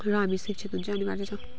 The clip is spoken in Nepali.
र हामी शिक्षित हुनु चाहिँ अनिवार्य छ